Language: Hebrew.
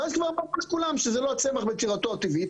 ואז ברור לכולם שזה לא הצמח בצורתו הטבעית